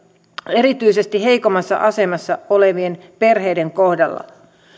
erityisesti heikoimmassa asemassa olevien perheiden kohdalla